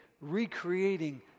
recreating